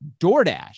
DoorDash